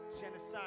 Genocide